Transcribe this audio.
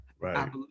Right